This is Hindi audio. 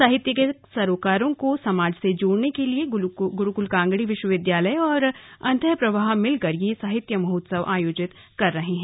साहित्य के सरोकारों को समाज से जोड़ने के लिए गुरुकुल कांगड़ी विश्वविद्यालय और अन्तः प्रवाह मिलकर यह साहित्य महोत्सव आयोजित किया है